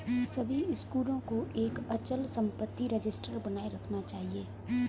सभी स्कूलों को एक अचल संपत्ति रजिस्टर बनाए रखना चाहिए